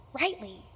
rightly